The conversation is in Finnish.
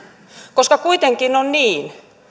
koska kuitenkin on niin